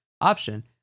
option